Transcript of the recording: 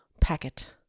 packet